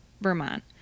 Vermont